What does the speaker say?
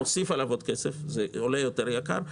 ולהוסיף עליו עוד כסף כי זה עולה יותר יקר,